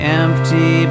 empty